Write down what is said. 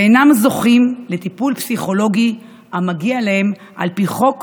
ואינם זוכים לטיפול פסיכולוגי המגיע להם על פי חוק